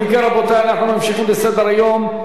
אנו ממשיכים בסדר-היום: